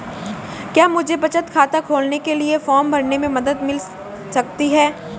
क्या मुझे बचत खाता खोलने के लिए फॉर्म भरने में मदद मिल सकती है?